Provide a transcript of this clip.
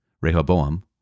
Rehoboam